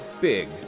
big